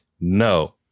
No